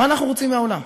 מה אנחנו רוצים מהעולם?